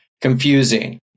confusing